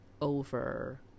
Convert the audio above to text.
over